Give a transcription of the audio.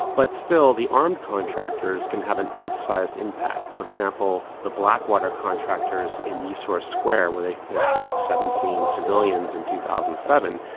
but still, the armed contractors can have an outsized impact. for example, the blackwater contractors in nisour square where they they shot seventeen civilians in two thousand and seven,